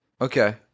okay